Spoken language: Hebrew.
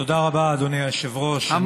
תודה רבה, אדוני היושב-ראש.